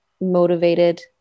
motivated